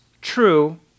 true